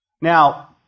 Now